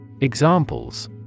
Examples